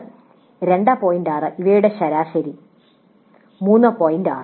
6 ഇവയുടെ ശരാശരി 3